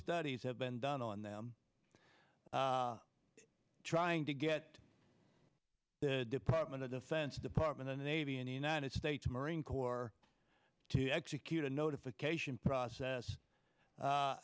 studies have been done on them trying to get the department of defense department the navy and the united states marine corps to execute a notification process